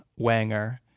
wanger